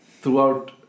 throughout